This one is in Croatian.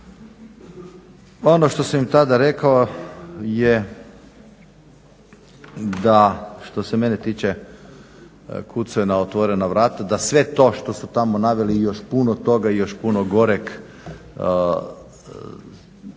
Ono što sam im tada rekao je da što se mene tiče kucaju na otvorena vrata, da sve to što su tamo naveli i još puno toga i još puno goreg proživljavaju